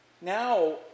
now